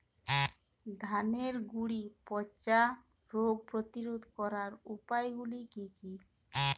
ধানের গুড়ি পচা রোগ প্রতিরোধ করার উপায়গুলি কি কি?